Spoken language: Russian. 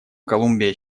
колумбия